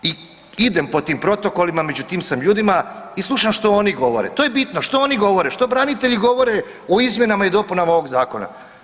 I idem po tim protokolima, među tim sam ljudima i slušam što oni govore, to je bitno što oni govore, što branitelji govore o izmjenama i dopunama ovog zakona.